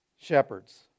Shepherds